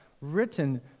written